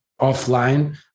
offline